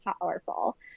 powerful